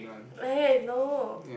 eh no